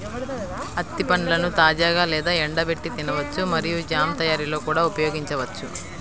అత్తి పండ్లను తాజాగా లేదా ఎండబెట్టి తినవచ్చు మరియు జామ్ తయారీలో కూడా ఉపయోగించవచ్చు